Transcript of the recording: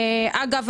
אגב,